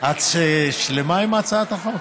את שלמה עם הצעת החוק?